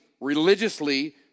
religiously